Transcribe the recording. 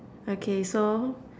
okay so